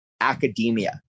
academia